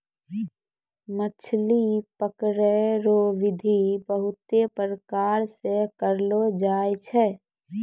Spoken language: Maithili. मछली पकड़ै रो बिधि बहुते प्रकार से करलो जाय छै